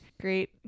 great